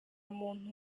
muntu